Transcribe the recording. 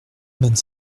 vingt